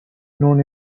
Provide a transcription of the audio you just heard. known